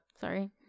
sorry